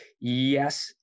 yes